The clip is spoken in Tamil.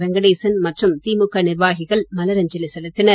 வெங்கடேசன் மற்றும் திமுக நிர்வாகிகள் மலரஞ்சலி செலுத்தினர்